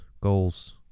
goals